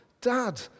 dad